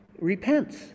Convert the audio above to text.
repents